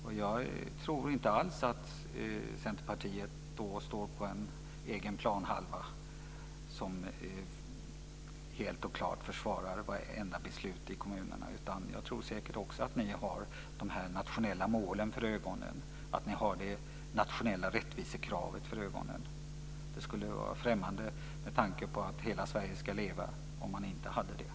Jag tror inte alls att Centerpartiet då står på en egen planhalva och helt och klart försvarar varje beslut i kommunen. Jag tror säkert att ni också har de här nationella målen och det nationella rättvisekravet för ögonen. Det skulle vara främmande, med tanke på att hela Sverige ska leva, om man inte hade det.